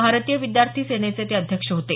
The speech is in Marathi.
भारतीय विद्यार्थी सेनेचे ते अध्यक्ष होते